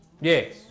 Yes